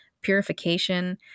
purification